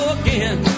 again